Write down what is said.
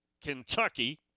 Kentucky